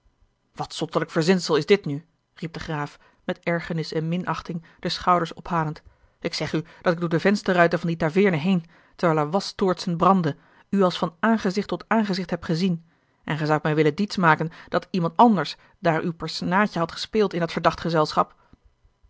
wat zottelijk verzinsel is dit nu riep de graaf met ergernis en minachting de schouders ophalend ik zeg u dat ik door de vensterruiten van die taveerne heen terwijl er wastoortsen brandden u als van aangezicht tot aangezicht heb gezien en gij zoudt mij willen diets maken dat iemand anders daar uwe personaadje had gespeeld in dat verdacht gezelschap